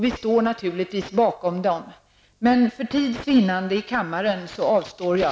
Vi står naturligtvis bakom dem, men för tids vinnande i kammaren avstår jag.